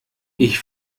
ich